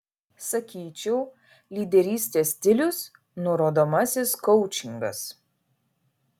sakyčiau lyderystės stilius nurodomasis koučingas